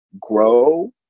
grow